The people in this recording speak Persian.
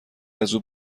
ازاو